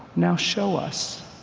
now show us.